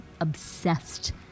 obsessed